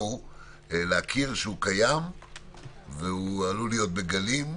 להכיר שהוא קיים והוא עלול להיות בגלים,